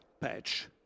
patch